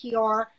PR